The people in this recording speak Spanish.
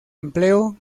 empleo